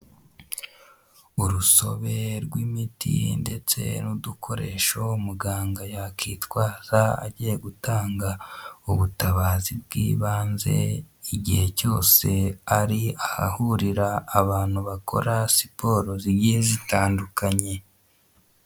Urusobe rw'imiti ndetse n'udukoresho muganga yakitwaza agiye gutanga ubutabazi bw'ibanze, igihe cyose ari ahahurira abantu bakora siporo zigiye zitandukanye.